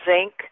zinc